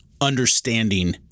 understanding